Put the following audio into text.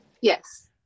Yes